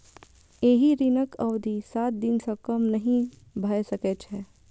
एहि ऋणक अवधि सात दिन सं कम नहि भए सकै छै